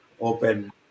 open